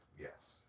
Yes